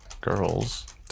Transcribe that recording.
Girls